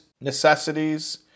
necessities